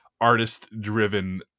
artist-driven